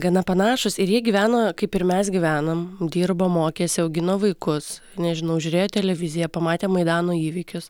gana panašūs ir jie gyveno kaip ir mes gyvenom dirbo mokėsi augino vaikus nežinau žiūrėjo televiziją pamatė maidano įvykius